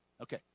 Okay